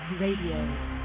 Radio